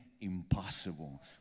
impossible